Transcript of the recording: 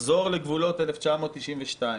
תחזור לגבולות 1992,